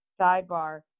Sidebar